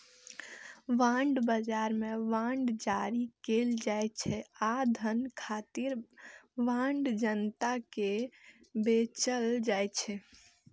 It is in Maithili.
बांड बाजार मे बांड जारी कैल जाइ छै आ धन खातिर बांड जनता कें बेचल जाइ छै